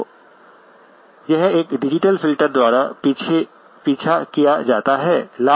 तो यह एक डिजिटल फिल्टर द्वारा पीछा किया जाता है